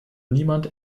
niemand